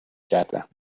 کردم